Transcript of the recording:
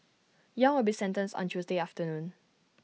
yang will be sentenced on Tuesday afternoon